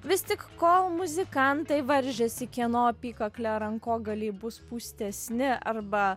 vis tik kol muzikantai varžėsi kieno apykaklė rankogaliai bus pūstesni arba